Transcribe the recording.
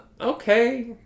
Okay